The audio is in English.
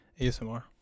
ASMR